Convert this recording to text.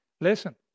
Listen